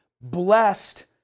blessed